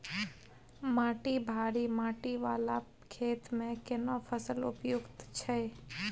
माटी भारी माटी वाला खेत में केना फसल उपयुक्त छैय?